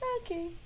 Okay